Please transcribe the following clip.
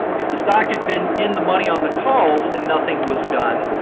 if the stock had been in the money on the calls and nothing was done,